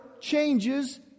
changes